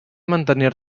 mantenir